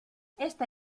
esta